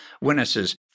witnesses